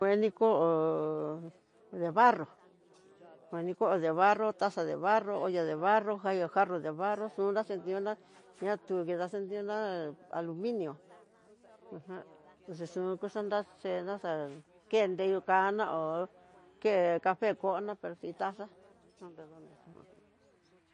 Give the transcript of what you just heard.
Kueni koo de barro, kueni koo de barro, taza de barro, olla barro, jayo jarro de borro, xuna tiuná ña tió ninda xhin tiuná al inió ajan, uxaxhion kutaxhena xa kenreyo kano ho ke cafe koná pero xi taza son redondo xa'ako.